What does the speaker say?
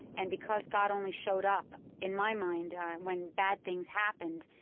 and because god only showed up in my mind when bad things happened,